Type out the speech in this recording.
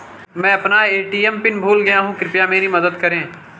मैं अपना ए.टी.एम का पिन भूल गया हूं, कृपया मेरी मदद करें